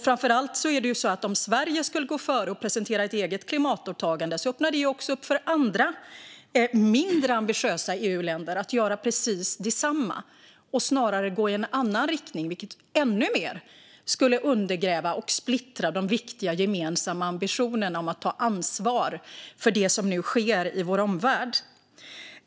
Framför allt är det så att om Sverige skulle gå före och presentera ett eget klimatåtagande öppnar det upp för andra, mindre ambitiösa, EU-länder att göra precis detsamma och snarare gå i en annan riktning. Det skulle ännu mer undergräva och splittra de viktiga gemensamma ambitionerna om att ta ansvar för det som nu sker i vår omvärld.